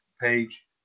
page